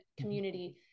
community